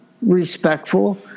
respectful